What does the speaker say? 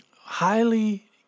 highly